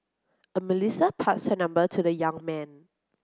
a Melissa passed her number to the young man